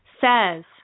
says